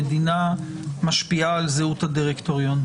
המדינה משפיעה על זהות הדירקטוריון.